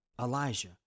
Elijah